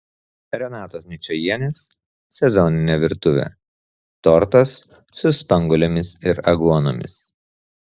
renatos ničajienės sezoninė virtuvė tortas su spanguolėmis ir aguonomis